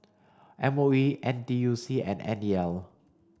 M O E N T U C and N E L